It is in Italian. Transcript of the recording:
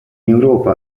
europa